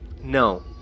No